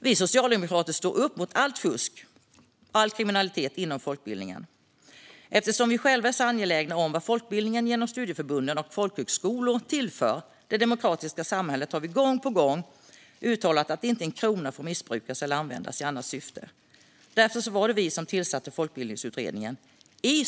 Vi socialdemokrater står upp mot allt fusk och all kriminalitet inom folkbildningen. Eftersom vi själva är angelägna om vad folkbildningen genom studieförbund och folkhögskolor tillför det demokratiska samhället har vi gång på gång uttalat att inte en krona får missbrukas eller användas i annat syfte. Därför tillsatte vi folkbildningsutredningen.